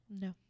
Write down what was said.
No